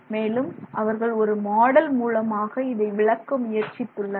மேலும் அவர்கள் ஒரு மாடல் மூலமாக இதை விளக்க முயற்சித்துள்ளனர்